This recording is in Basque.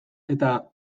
eta